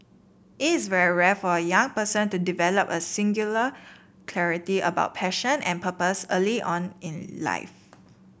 it's very rare for a young person to develop a singular clarity about passion and purpose early on in life